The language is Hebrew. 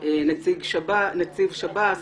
נציב שב"ס,